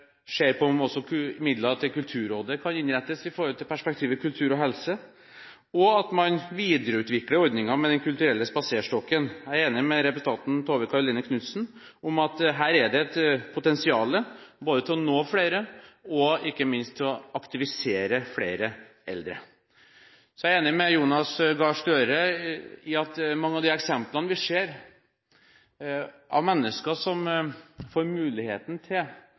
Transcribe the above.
også kan innrettes mot perspektivet kultur/helse, og at man videreutvikler ordningen med Den kulturelle spaserstokken. Jeg er enig med representanten Tove Karoline Knutsen i at her er det et potensial både til å nå flere og ikke minst til å aktivisere flere eldre. Så er jeg enig med statsråd Jonas Gahr Støre i at mange av de eksemplene vi ser – mennesker som får muligheten til